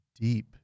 deep